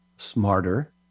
Smarter